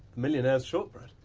millionaire's shortbread! i